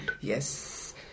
Yes